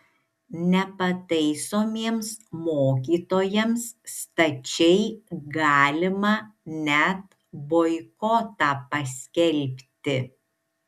nepataisomiems mokytojams stačiai galima net boikotą paskelbti